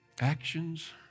actions